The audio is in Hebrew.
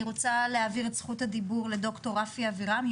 אני רוצה להעביר את זכות הדיבור לד"ר רפי אבירם,